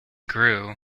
grew